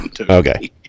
Okay